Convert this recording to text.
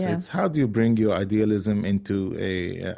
it's how do you bring your idealism into a